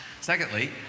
secondly